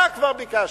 ביקשנו,